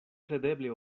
kredeble